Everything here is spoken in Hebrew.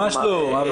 ממש לא.